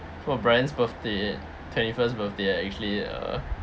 for brian's birthday twenty first birthday ah actually uh